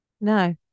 no